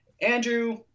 Andrew